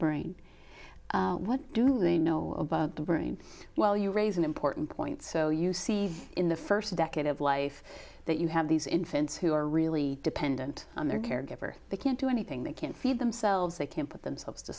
brain what do they know about the brain well you raise an important point so you see in the first decade of life that you have these infants who are really dependent on their caregiver they can't do anything they can't feed themselves they can't put themselves to